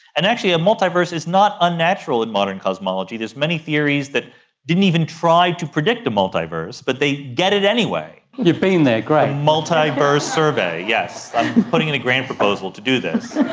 and actually a multiverse is not unnatural in modern cosmology. there's many theories that didn't even try to predict the multiverse but they get it anyway. you've been there, great. multiverse survey, yes, i'm putting in a grant proposal to do this.